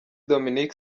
dominique